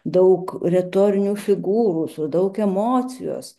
daug retorinių figūrų su daug emocijos